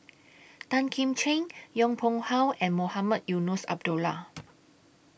Tan Kim Ching Yong Pung How and Mohamed Eunos Abdullah